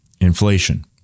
inflation